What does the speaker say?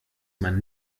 man